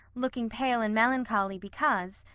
looking pale and melancholy because,